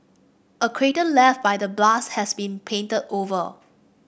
a crater left by the blast has been painted over